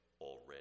already